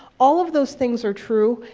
all of those things are true,